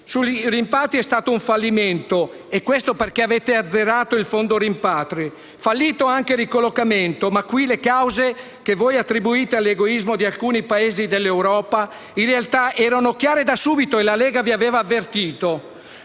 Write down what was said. sui rimpatri c'è stato un fallimento, perché avete azzerato il Fondo rimpatri; è fallito anche il ricollocamento, ma qui le cause che voi attribuite all'egoismo di alcuni Paesi dell'Europa in realtà erano chiare da subito e la Lega vi aveva avvertito.